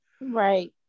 Right